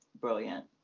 brilliant